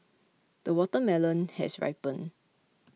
the watermelon has ripened